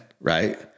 right